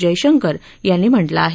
जयशंकर यांनी म्हटलं आहे